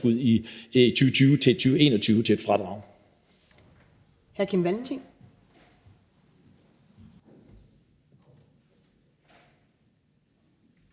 i 2020 til 2021 til et fradrag.